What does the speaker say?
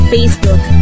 Facebook